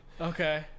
Okay